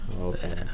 Okay